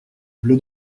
bleu